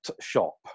shop